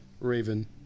raven